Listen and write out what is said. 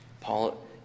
Paul